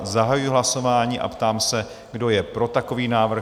Zahajuji hlasování a ptám se, kdo je pro takový návrh?